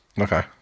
Okay